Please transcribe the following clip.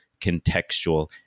contextual